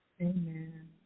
Amen